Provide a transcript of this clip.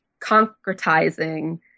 concretizing